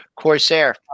Corsair